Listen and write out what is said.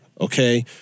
okay